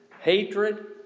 hatred